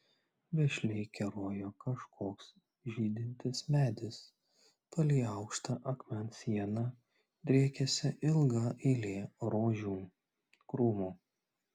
vešliai kerojo kažkoks žydintis medis palei aukštą akmens sieną driekėsi ilga eilė rožių krūmų